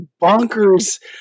bonkers